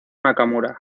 nakamura